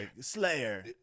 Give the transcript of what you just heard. Slayer